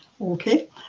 Okay